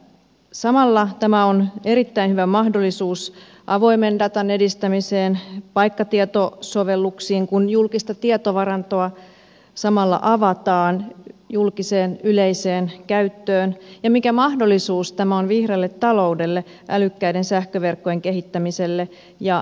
samalla tämä on erittäin hyvä mahdollisuus avoimen datan edistämiseen paikkatietosovelluksiin kun julkista tietovarantoa samalla avataan julkiseen yleiseen käyttöön ja mikä mahdollisuus tämä on vihreälle taloudelle älykkäiden sähköverkkojen kehittämiselle ja energiatehokkuudelle